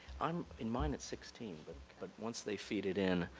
um in mine it's sixteen. but but once they feed it in,